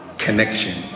connection